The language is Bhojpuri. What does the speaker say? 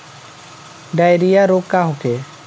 डायरिया रोग का होखे?